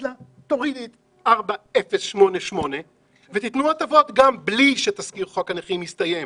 לה: תורידי את 4008 ותיתנו הטבות גם מבלי שתזכיר חוק הנכים יסתיים.